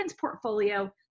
portfolio